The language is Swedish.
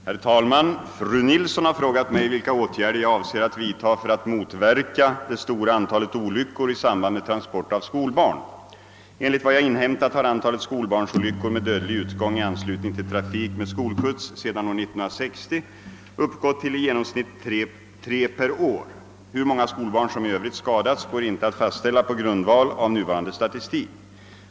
Herr talman! Fru Nilsson har frågat mig vilka åtgärder jag avser att vidta för att motverka det stora antalet olyckor i samband med transport av skolbarn. Enligt vad jag inhämtat har antalet skolbarnsolyckor med dödlig utgång i anslutning till trafik med skolskjuts sedan år 1960 uppgått till i genomsnitt tre per år. Hur många skolbarn som i övrigt skadats går inte att fastställa på grundval av nuvarande statistik.